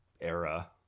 era